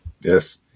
Yes